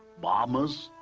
mamas,